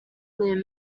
ron